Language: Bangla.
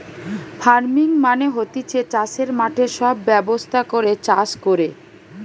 ফার্মিং মানে হতিছে চাষের মাঠে সব ব্যবস্থা করে চাষ কোরে